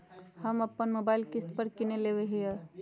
हम अप्पन मोबाइल किस्ते पर किन लेलियइ ह्बे